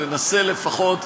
ננסה לפחות,